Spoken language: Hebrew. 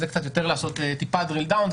זה טיפה לעשות drill down,